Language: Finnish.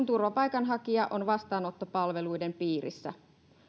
turvapaikanhakija on vastaanottopalveluiden piirissä